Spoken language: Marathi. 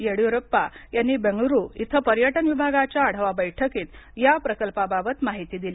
येडीयुरप्पा यांनी बेंगलुरू इथं पर्यटन विभागाच्या आढावा बैठकींत याप्रकल्पाबाबत माहिती दिली